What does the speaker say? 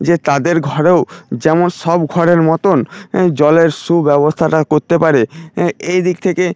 যে তাদের ঘরেও যেমন সব ঘরের মতন জলের সু ব্যবস্থাটা করতে পারে হ্যাঁ এইদিক থেকে